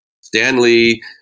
Stanley